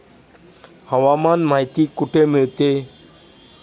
हवामान माहिती कुठे मिळते?